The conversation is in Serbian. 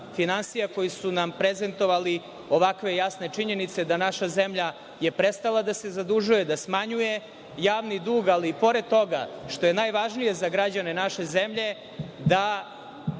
finansija koji su nam prezentovali ovakve jasne činjenice da je naša zemlja prestala da se zadužuje, da smanjuje javni dug, ali i pored toga, što je najvažnije za građane naše zemlje, da